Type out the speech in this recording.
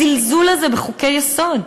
הזלזול הזה בחוקי-יסוד,